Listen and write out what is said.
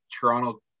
Toronto